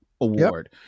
award